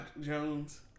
Jones